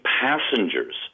passengers